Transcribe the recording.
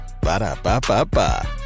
Ba-da-ba-ba-ba